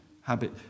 habit